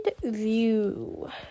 view